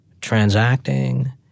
transacting